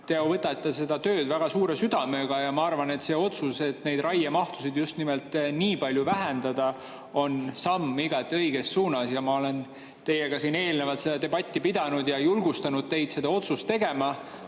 te võtate seda tööd väga suure südamega. Ma arvan, et see otsus, et raiemahtusid just nimelt nii palju vähendada, on samm õiges suunas. Ma olen teiega siin eelnevalt seda debatti pidanud ja julgustanud teid seda otsust tegema.